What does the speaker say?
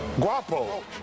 Guapo